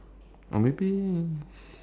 or maybe